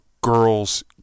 girls